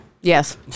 Yes